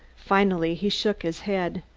finally he shook his head.